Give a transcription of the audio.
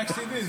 רק שתדעי,